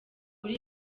uri